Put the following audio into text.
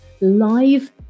live